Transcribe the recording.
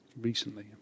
recently